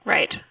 Right